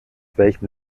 welchem